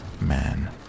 man